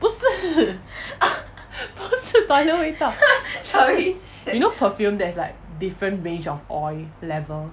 不是不是 toilet 味道 you know perfume there's like different range of oil level